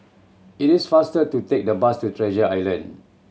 it is faster to take the bus to Treasure Island